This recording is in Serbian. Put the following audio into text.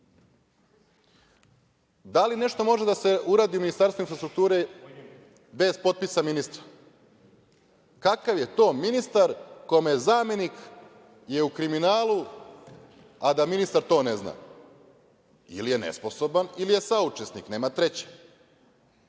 li nešto može da se uradi u Ministarstvu infrastrukture bez potpisa ministra? Kakav je to ministar kome je zamenik u kriminalu, a da ministar to ne zna? Ili je nesposoban ili je saučesnik, nema treće.